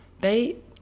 bait